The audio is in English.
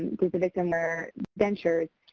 does the victim wear dentures?